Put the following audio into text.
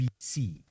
BC